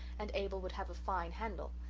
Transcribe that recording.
and abel would have a fine handle.